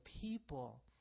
people